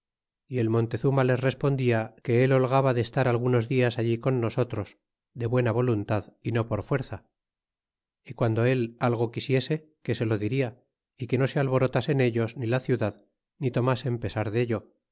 y el montezuma les respondía que él holgaba de estar algunos dias allí con nosotros j e buena voluntad y no por fuerza y guando él algo quisiese que se lo diria y que no se alborotasen ellos ni la ciudad ni tomasen pesar dello